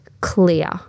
clear